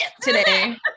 today